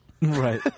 Right